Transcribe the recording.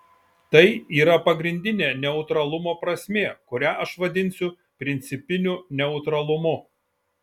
tai yra pagrindinė neutralumo prasmė kurią aš vadinsiu principiniu neutralumu